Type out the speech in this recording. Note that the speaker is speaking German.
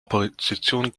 opposition